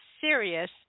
serious